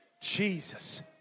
Jesus